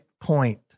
point